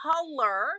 color